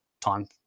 time